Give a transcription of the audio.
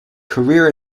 career